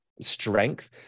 strength